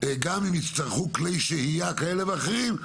גם אם יצטרכו כלי שהייה כאלה ואחרים,